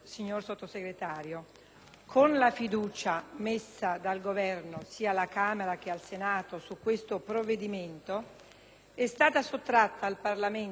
con la fiducia messa dal Governo - sia alla Camera, sia al Senato - su questo provvedimento è stata sottratta al Parlamento per l'ennesima volta